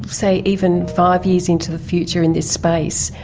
say, even five years into the future in this space,